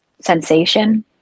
sensation